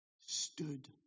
stood